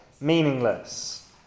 meaningless